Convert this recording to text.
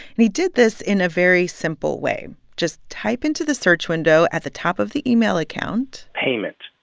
and he did this in a very simple way. just type into the search window at the top of the email account. payment,